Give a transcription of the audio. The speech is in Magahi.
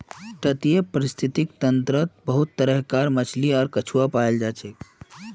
तटीय परिस्थितिक तंत्रत बहुत तरह कार मछली आर कछुआ पाल जाछेक